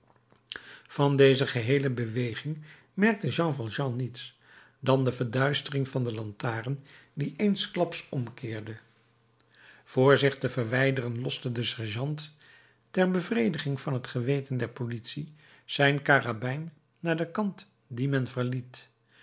van deze geheele beweging merkte jean valjean niets dan de verduistering van de lantaarn die eensklaps omkeerde voor zich te verwijderen loste de sergeant ter bevrediging van t geweten der politie zijn karabijn naar den kant dien men verliet